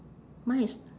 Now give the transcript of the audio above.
mine is